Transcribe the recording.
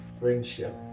friendship